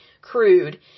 crude